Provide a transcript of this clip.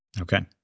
Okay